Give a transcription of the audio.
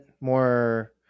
more